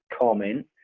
comment